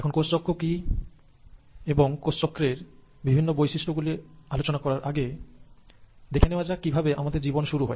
এখন কোষচক্র কি এবং কোষচক্রের বিভিন্ন বৈশিষ্ট্য গুলি আলোচনা করার আগে দেখে নেওয়া যাক কিভাবে আমাদের জীবন শুরু হয়